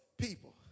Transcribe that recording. people